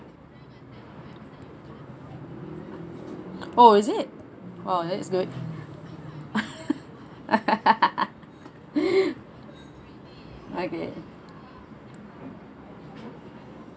oh is it oh that's good okay